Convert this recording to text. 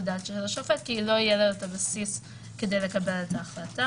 דעת של השופט כי לא יהיה לו הבסיס לקבל את ההחלטה.